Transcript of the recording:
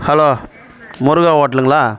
hello Muruga ஹோட்டலுங்களா